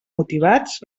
motivats